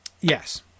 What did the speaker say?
Yes